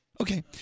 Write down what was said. Okay